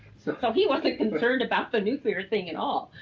so so, he wasn't concerned about the nuclear thing at all.